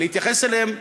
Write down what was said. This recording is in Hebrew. להתייחס אליהם,